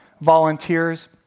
volunteers